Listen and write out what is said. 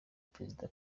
perezida